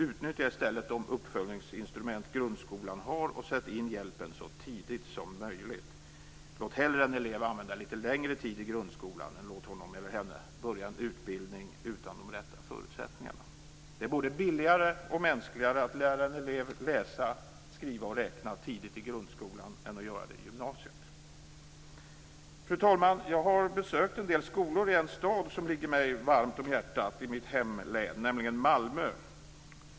Utnyttja i stället de uppföljningsinstrument som grundskolan har och sätt in hjälpen så tidigt som möjligt. Låt hellre en elev använda lite längre tid i grundskolan än att låta honom/henne påbörja en utbildning utan de rätta förutsättningarna. Det är både billigare och mänskligare att lära en elev läsa, skriva och räkna tidigt i grundskolan än att göra det i gymnasiet. Fru talman! Jag har besökt en del skolor i en stad i mitt hemlän som ligger mig varmt om hjärtat, nämligen Malmö.